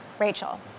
Rachel